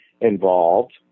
involved